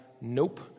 nope